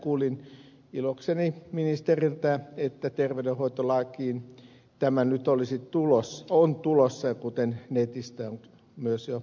kuulin ilokseni ministeriltä että terveydenhoitolakiin tämä nyt on tulossa kuten netistä on myös jo nähtävissä